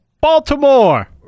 Baltimore